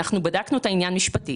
אנחנו בדקנו את העניין משפטית.